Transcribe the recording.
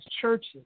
churches